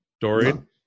Dorian